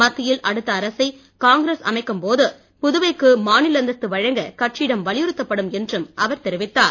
மத்தியில் அடுத்த அரசை காங்கிரஸ் அமைக்கும்போது புதுவைக்கு மாநில அந்தஸ்து வழங்க கட்சியிடம் வலியுறுத்தப்படும் என்றும் அவர் தெரிவித்தார்